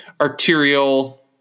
arterial